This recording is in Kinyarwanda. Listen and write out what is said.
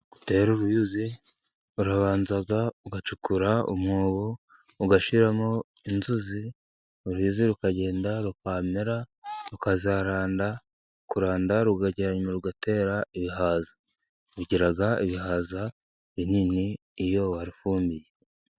Gutera uruyuzi urabanza ugacukura umwobo, ugashyiramo inzuzi, uruyuzi rukagenda rukamera rukazaranda, kuranda rugera inyuma rugatera ibihaza. Rugira ibihaza binini iyo warufumbiye.